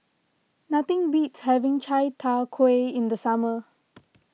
nothing beats having Chai Tow Kway in the summer